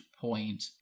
point